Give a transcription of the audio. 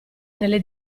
nelle